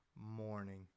morning